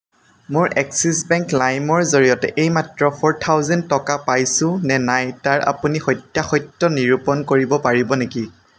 মোৰ Axis bank লাইমৰ জৰিয়তে এইমাত্ৰ ফোৰ থাউজেণ্ড টকা পাইছোঁ নে নাই তাৰ আপুনি সত্যাসত্য নিৰূপণ কৰিব পাৰিব নেকি